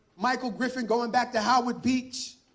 michael griffin, going back to howard beach,